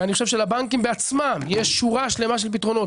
ואני חושב שלבנקים בעצמם יש שורה שלמה של פתרונות.